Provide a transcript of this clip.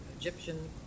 Egyptian